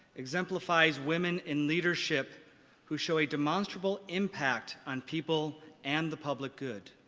exemplifies women in leadership who show a demonstrable impact on people and the public good.